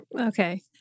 Okay